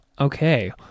Okay